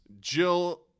Jill